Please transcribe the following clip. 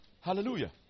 Hallelujah